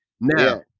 Now